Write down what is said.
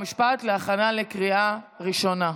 החוקה, חוק ומשפט להכנה לקריאה ראשונה.